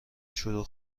شروع